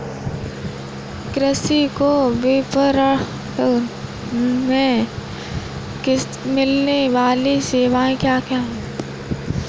कृषि को विपणन से मिलने वाली सेवाएँ क्या क्या है